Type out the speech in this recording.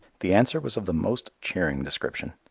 the answer was of the most cheering description.